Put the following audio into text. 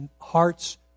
hearts